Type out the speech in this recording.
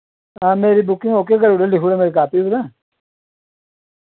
हां मेरी booking okay करूड़ेओ लिखुड़ेओ मेरी कापी पर